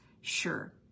sure